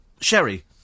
Sherry